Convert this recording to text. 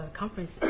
conference